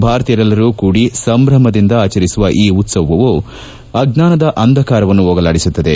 ಭಾರತೀಯರೆಲ್ಲರೂ ಕೂಡಿ ಸಂಭ್ರಮದಿಂದ ಆಚರಿಸುವ ಈ ಉತ್ಸವವು ಅಜ್ಞಾನದ ಅಂಧಕಾರವನ್ನು ಹೋಗಲಾದಿಸುತ್ತದೆ